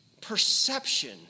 perception